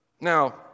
Now